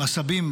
הסבים,